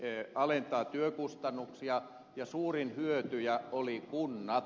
se alentaa työkustannuksia ja suurin hyötyjä oli kunnat